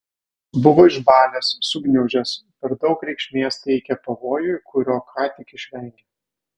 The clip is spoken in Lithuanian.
buvo išbalęs sugniužęs per daug reikšmės teikė pavojui kurio ką tik išvengė